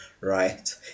Right